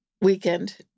weekend